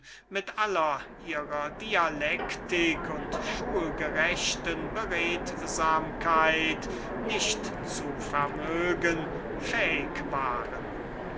mit aller ihrer dialektik und schulgerechten beredsamkeit nicht zu vermögen fähig waren